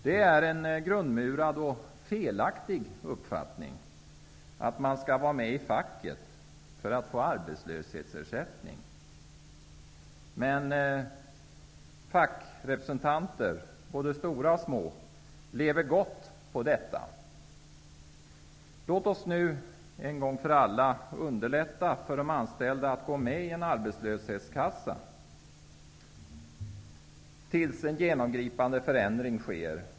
Det är en grundmurad och felaktig uppfattning att man skall vara med i facket för att få arbetslöshetsersättning, men fackrepresentanter, både stora och små, lever gott på detta. Låt oss nu en gång för alla underlätta för de anställda att gå med i en arbetslöshetskassa till dess att en genomgripande förändring sker.